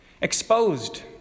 exposed